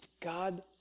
God